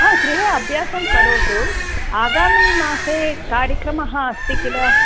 गृहे अभ्यासं करोतु आगामि मासे कार्यक्रमः अस्ति किल